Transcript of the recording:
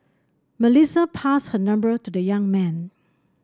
Melissa passed her number to the young man